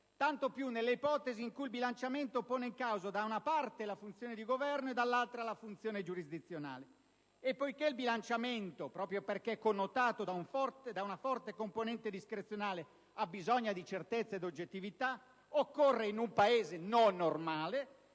tanto più nelle ipotesi in cui il bilanciamento pone in causa da una parte la funzione di governo e dall'altra la funzione giurisdizionale. Poiché il bilanciamento, proprio perché connotato da una forte componente discrezionale, ha bisogno di certezze ed oggettività, occorre, in un Paese non normale,